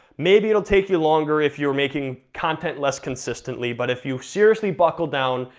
maybe it'll take you longer if you're making content less consistently, but if you seriously buckle down,